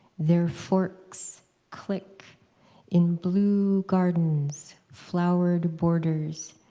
their forks click in blue gardens, flowered borders,